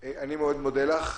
אני מאוד מודה לך.